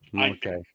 Okay